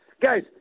guys